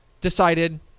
decided